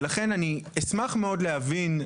ולכן אני אשמח מאוד להבין,